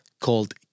Called